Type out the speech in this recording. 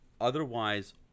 Otherwise